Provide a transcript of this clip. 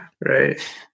Right